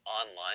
Online